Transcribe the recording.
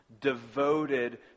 devoted